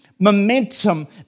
momentum